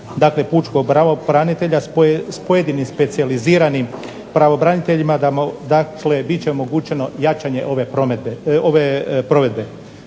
dakle pučkog pravobranitelja s pojedinim specijaliziranim pravobraniteljima dakle biti će omogućeno jačanje ove provedbe.